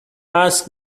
ask